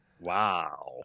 Wow